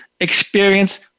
experience